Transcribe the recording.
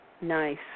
Nice